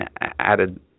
added